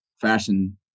fashion